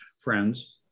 friends